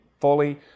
fully